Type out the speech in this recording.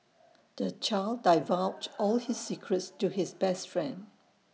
the child divulged all his secrets to his best friend